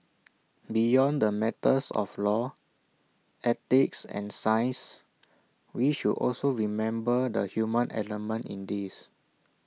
beyond the matters of law ethics and science we should also remember the human element in this